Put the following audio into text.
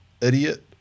idiot